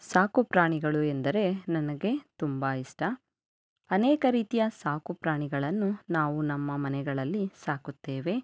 ಸಾಕು ಪ್ರಾಣಿಗಳು ಎಂದರೆ ನನಗೆ ತುಂಬ ಇಷ್ಟ ಅನೇಕ ರೀತಿಯ ಸಾಕು ಪ್ರಾಣಿಗಳನ್ನು ನಾವು ನಮ್ಮ ಮನೆಗಳಲ್ಲಿ ಸಾಕುತ್ತೇವೆ